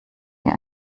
mir